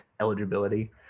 eligibility